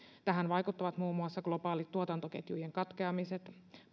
tähän vaikuttavat muun muassa globaalien tuotantoketjujen katkeamiset